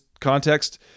context